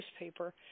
newspaper